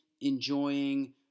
enjoying